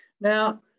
Now